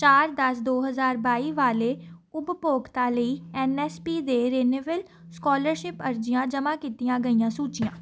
ਚਾਰ ਦਸ ਦੋ ਹਜ਼ਾਰ ਬਾਈ ਵਾਲੇ ਉਪਭੋਗਤਾ ਲਈ ਐਨ ਐਸ ਪੀ 'ਤੇ ਰਿਨਿਵੇਲ ਸਕਾਲਰਸ਼ਿਪ ਅਰਜ਼ੀਆਂ ਜਮ੍ਹਾਂ ਕੀਤੀਆਂ ਗਈਆਂ ਸੂਚੀਆਂ